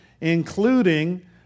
including